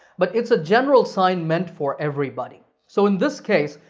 but it's a general sign meant for everybody. so, in this case,